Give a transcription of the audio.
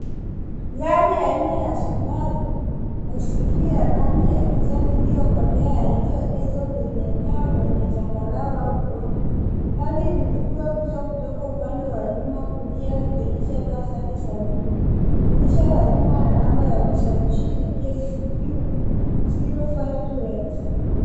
Gari aina ya aina ya Subaru, SUV ya rangi ya kijani iliokolea ilioegeshwa kwenye eneo lenye changarau udongo, gari imepikwa picha kutoka upande wa nyuma kulia ikionyesha taa zake za nyuma dirisha ya nyuma ina namba ya usajili KCQ 052X